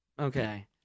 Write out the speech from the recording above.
Okay